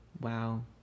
Wow